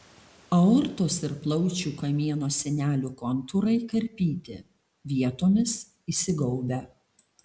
aortos ir plaučių kamieno sienelių kontūrai karpyti vietomis įsigaubę